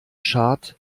schad